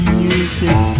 music